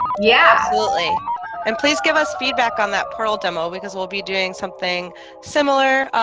yeah, absolutely and please give us feedback on that portal demo because we'll be doing something similar